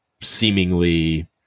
seemingly